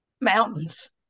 Mountains